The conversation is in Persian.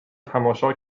تماشا